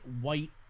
white